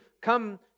come